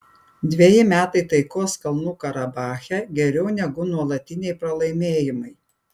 dveji metai taikos kalnų karabache geriau negu nuolatiniai pralaimėjimai